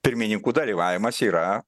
pirmininkų dalyvavimas yra